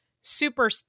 super